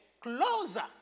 closer